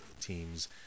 teams